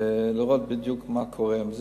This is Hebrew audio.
ולראות בדיוק מה קורה עם זה.